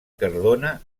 cardona